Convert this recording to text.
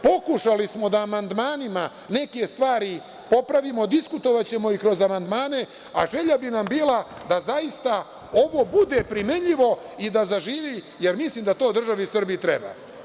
Pokušali smo da amandmanima neke stvari popravimo, diskutovaćemo i kroz amandmane, a želja bi nam bila da zaista ovo bude primenjivo i da zaživi, jer mislim da to državi Srbiji treba.